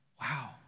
wow